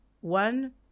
One